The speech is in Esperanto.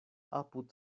apud